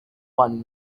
one